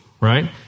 right